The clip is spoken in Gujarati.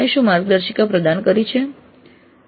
સંસ્થાએ શું માર્ગદર્શિકા પ્રદાન કરી છે